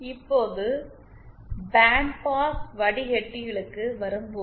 இப்போது band pass வடிகட்டிகளுக்கு வரும்போது